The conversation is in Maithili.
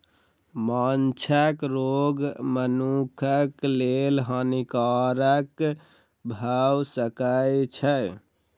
माँछक रोग मनुखक लेल हानिकारक भअ सकै छै